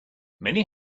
many